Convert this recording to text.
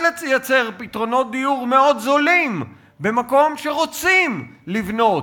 לייצר פתרונות דיור מאוד זולים במקום שרוצים לבנות,